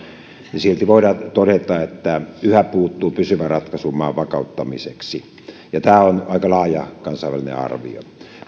ja silti voidaan todeta että yhä puuttuu pysyvä ratkaisu maan vakauttamiseksi ja tämä on aika laaja kansainvälinen arvio